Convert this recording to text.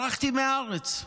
ברחתי מהארץ.